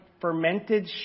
fermented